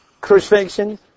crucifixion